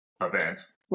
events